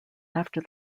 after